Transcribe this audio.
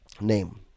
Name